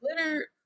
glitter